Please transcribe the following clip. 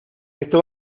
esto